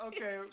Okay